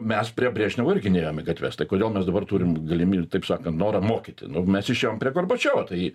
mes prie brežnevo irgi nėjom į gatves tai kodėl mes dabar turim galimybę taip sakant norą mokyti mes išėjom prie gorbačiovo tai